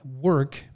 work